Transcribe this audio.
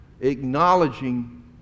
acknowledging